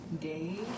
day